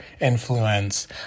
influence